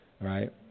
Right